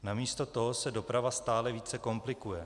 Namísto toho se doprava stále více komplikuje.